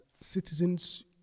citizens